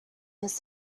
this